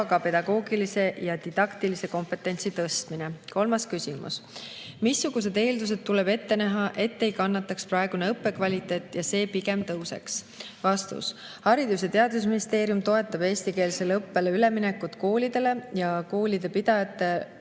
ka pedagoogilise ja didaktilise kompetentsi tõstmine. Kolmas küsimus: "Missugused eeldused tuleb ette näha, et ei kannataks praegune õppekvaliteet ja et see pigem tõuseks?" Vastus. Haridus- ja Teadusministeerium toetab eestikeelsele õppele üleminekut koolides kooli pidajate